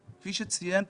כפי שציין פרופ'